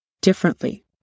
differently